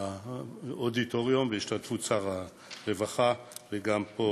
באודיטוריום בהשתתפות שר הרווחה, וגם פה,